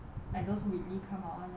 like those weekly come out [one] lor